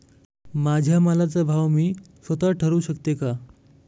माझ्या मालाचा भाव मी स्वत: ठरवू शकते का?